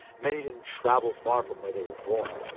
many didn't travel far from where they were born.